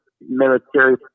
military